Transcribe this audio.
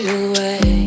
away